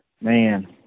Man